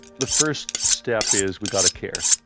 the first step is we got to care.